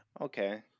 Okay